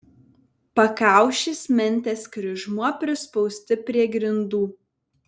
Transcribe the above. pakaušis mentės kryžmuo prispausti prie grindų